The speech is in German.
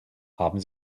haben